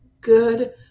good